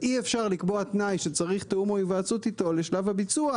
ואי אפשר לקבוע תנאי שצריך תיאום או היוועצות איתו לשלב הביצוע,